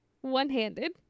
One-handed